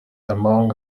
among